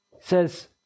says